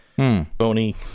Bony